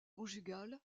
conjugal